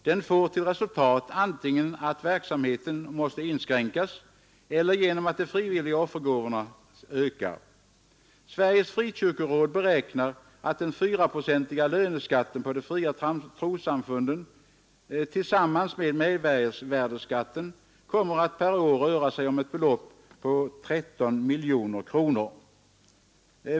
Den får till resultat antingen att verksamheten måste inskrän eller att de frivilliga offergåvorna måste öka. Sveriges frikyrkoråd beräknar att den fyraprocentiga löneskatten på de fria trossamfunden jämte mervärdeskatten kommer att per år röra sig om ett belopp på 13 miljoner kronor.